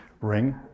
Ring